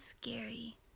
scary